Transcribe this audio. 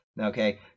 Okay